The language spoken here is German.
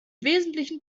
wesentlichen